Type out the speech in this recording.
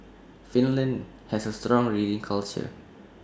Finland has A strong reading culture